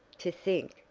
to think,